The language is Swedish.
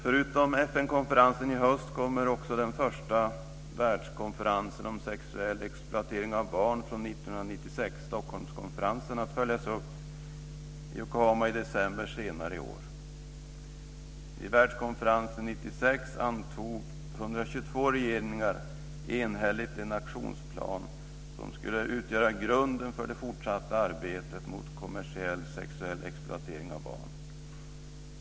Förutom FN-konferensen i höst kommer också den första världskonferensen om sexuell exploatering av barn från 1996, Stockholmskonferensen, att följas upp i Yokohama i december senare i år. Vid världskonferensen 1996 antog 122 regeringar enhälligt en aktionsplan som skulle utgöra grunden för det fortsatta arbetet mot kommersiell sexuell exploatering av barn.